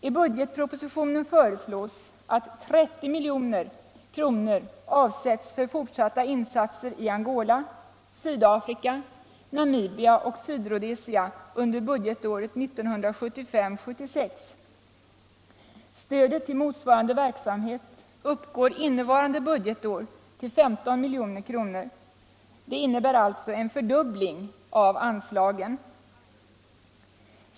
I budgetpropositionen föreslås att 30 milj.kr. avsätts för fortsatta insatser i Angola, Sydafrika, Namibia och Sydrhodesia under budgetåret 1975/76. Stödet till motsvarande verksamhet uppgår innevarande budgetår till 15 milj.kr. Det innebär alltså en fördubbling av anslagen.